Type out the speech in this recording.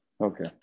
Okay